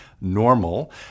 normal